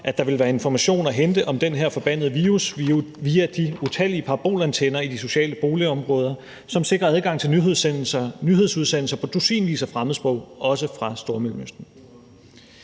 at der ville være information at hente om den her forbandede virus via de utallige parabolantenner i de udsatte boligområder, som sikrer adgang til nyhedsudsendelser på dusinvis af fremmedsprog, også fra Stormellemøsten.